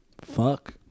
fuck